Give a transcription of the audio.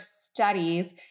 studies